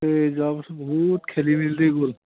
এই যোৱা বছৰ বহুত খেলি মেলিতে গ'ল